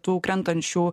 tų krentančių